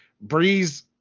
Breeze